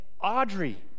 Audrey